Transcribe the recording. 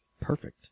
Perfect